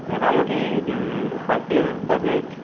মোটামুটি পাঁচ থেকে দশ মিনিট